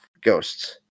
Ghosts